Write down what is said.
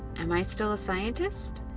am i still a scientist?